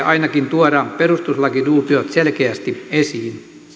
ainakin tuoda perustuslakiduubiot selkeästi esiin